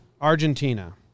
Argentina